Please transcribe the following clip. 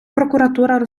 прокуратура